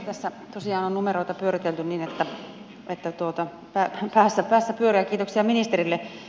tässä tosiaan on numeroita pyöritelty niin että päässä pyörii kiitoksia ministerille